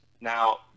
Now